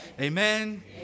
Amen